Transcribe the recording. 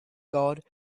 god